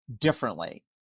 differently